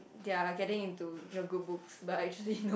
they're getting into your good books but actually no